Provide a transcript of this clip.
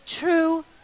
true